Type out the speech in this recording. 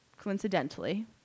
coincidentally